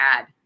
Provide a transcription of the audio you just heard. add